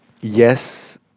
yes